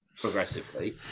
progressively